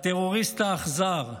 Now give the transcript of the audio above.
הטרוריסט האכזר,